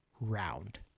round